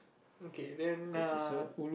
okay then err